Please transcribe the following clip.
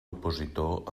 opositor